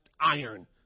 iron